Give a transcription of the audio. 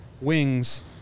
wings